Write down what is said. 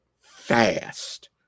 fast